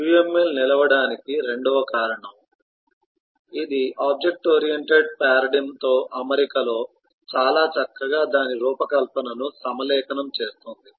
UML నిలవడానికి రెండవ కారణం ఇది ఆబ్జెక్ట్ ఓరియెంటెడ్ పారాడిగ్మ్తో అమరికలో చాలా చక్కగా దాని రూపకల్పనను సమలేఖనం చేస్తుంది